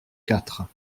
quatre